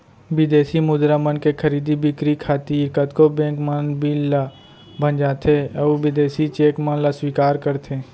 बिदेसी मुद्रा मन के खरीदी बिक्री खातिर कतको बेंक मन बिल ल भँजाथें अउ बिदेसी चेक मन ल स्वीकार करथे